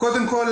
קודם כל